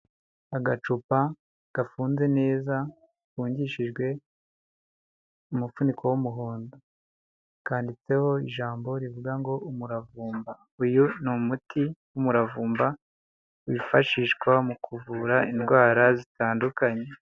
Agacupa gafunze neza gafungishijwe umufuniko w'umuhondo, kanditseho ijambo rivuga ngo "umuravumba". Uyu ni umuti w'umuravumba wifashishwa mu kuvura indwara zitandukanye.